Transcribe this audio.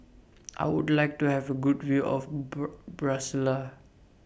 I Would like to Have A Good View of Brasilia